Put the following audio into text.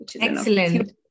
Excellent